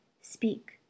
Speak